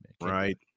right